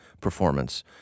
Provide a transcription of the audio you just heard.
performance